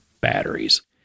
batteries